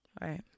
Right